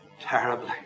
terribly